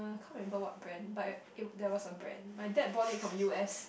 can't remember what brand but it there was a brand my dad bought it from U_S